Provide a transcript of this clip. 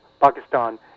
Pakistan